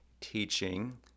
teaching